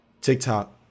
TikTok